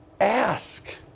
Ask